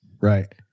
right